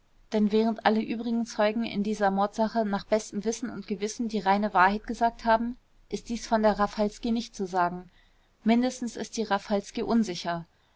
denn während alle übrigen zeugen in dieser mordsache nach bestem wissen und gewissen die reine wahrheit gesagt haben ist dies von der raffalski nicht zu sagen mindestens ist die raffalski unsicher